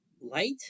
Light